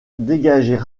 dégager